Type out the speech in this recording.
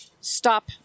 stop